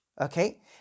okay